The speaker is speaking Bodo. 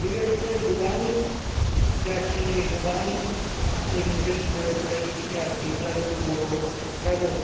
बेबायदिनो गोबां जाथिनि गोबां हारिमुजों गोरोब लायाखैब्लाबो बर'फोराबो